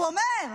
הוא אומר: